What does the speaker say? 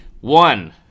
one